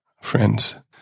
friends